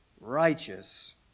righteous